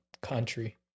country